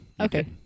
Okay